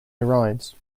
arrives